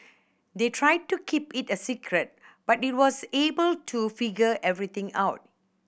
they tried to keep it a secret but he was able to figure everything out